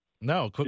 No